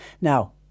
Now